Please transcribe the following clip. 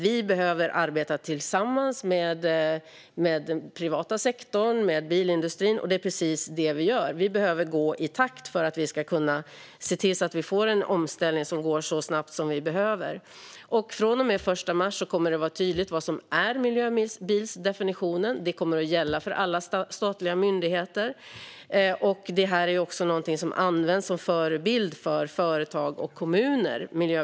Vi behöver arbeta tillsammans med den privata sektorn och bilindustrin, och det är precis vad vi gör. Vi behöver gå i takt så att det blir en omställning som går så snabbt som det behövs. Från och med den 1 mars kommer det att vara tydligt vad som är miljöbilsdefinitionen, och den kommer att gälla för alla statliga myndigheter. Miljöbilsdefinitionen används också som förebild för företag och kommuner.